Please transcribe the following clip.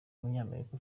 umunyamerika